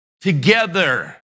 together